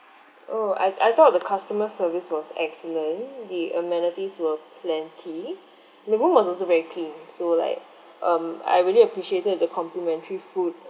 oh I I thought the customer service was excellent the amenities were plenty the room was also very clean so like um I really appreciated the complimentary food